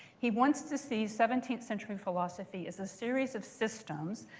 he wants to see seventeenth century philosophy is a series of systems.